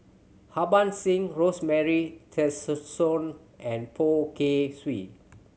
Harbans Singh Rosemary Tessensohn and Poh Kay Swee